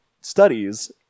studies